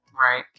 right